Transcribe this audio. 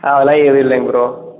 ஆ அதெல்லாம் எதுவும் இல்லைங்க ப்ரோ